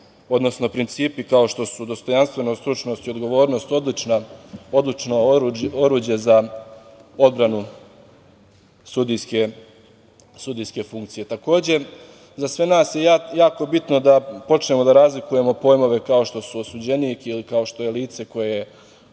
odnosno principi kao što su dostojanstvenost, stručnost i odgovornost odlično oruđe za odbranu sudijske funkcije. Takođe, za sve nas je jako bitno da počnemo da razlikujemo pojmove kao što su osuđenik ili kao što je lice protiv